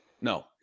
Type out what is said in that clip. No